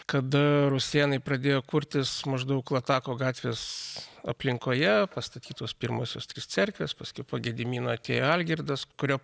kada rusėnai pradėjo kurtis maždaug latako gatvės aplinkoje pastatytos pirmosios cerkvės paskui po gedimino kai algirdas kurio